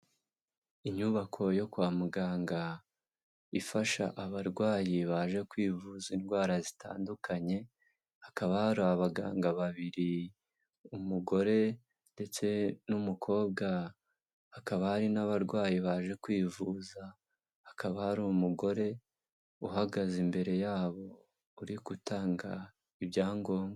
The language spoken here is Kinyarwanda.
Inyubako yo kwa muganga ifasha abarwayi baje kwivuza indwara zitandukanye, hakaba hari abaganga babiri umugore ndetse n'umukobwa, hakaba hari n'abarwayi baje kwivuza, hakaba hari umugore uhagaze imbere yabo uri gutanga ibyangombwa.